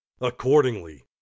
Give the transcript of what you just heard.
accordingly